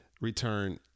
Return